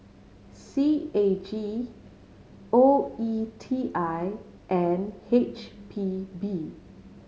C A G O E T I and H P B